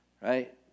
right